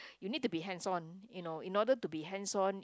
you need to be hands on you know in order to be hands on